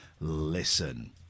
listen